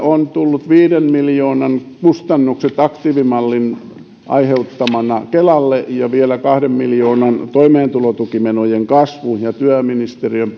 on tullut viiden miljoonan kustannukset aktiivimallin aiheuttamana kelalle ja vielä kahden miljoonan toimeentulotukimenojen kasvu ja työministeriön